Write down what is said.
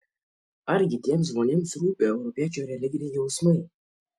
argi tiems žmonėms rūpi europiečių religiniai jausmai